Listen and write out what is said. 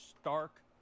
stark